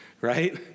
right